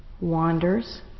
wanders